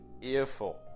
earful